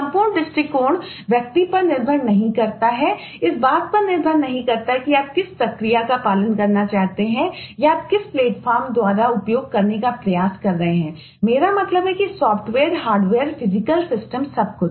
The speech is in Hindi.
संपूर्ण दृष्टिकोण व्यक्ति पर निर्भर नहीं करता है इस बात पर निर्भर नहीं करता है कि आप किस प्रक्रिया का पालन करना चाहते हैं या आप किस प्लेटफ़ॉर्म सब कुछ